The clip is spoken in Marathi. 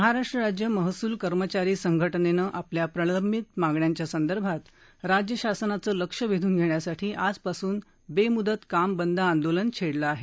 महाराष्ट्र राज्य महसूल कर्मचारी संघटनेनं आपल्या प्रलंबित मागण्यां संदर्भात राज्य शासनाचं लक्ष वेधून घेण्यासाठी आज पासून बेमुदत काम बंद आंदोलन छेडलं आहे